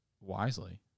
wisely